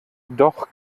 doch